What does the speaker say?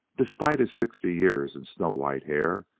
despite his sixty years and snow-white hair,